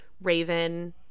Raven